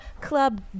Club